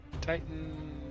Titan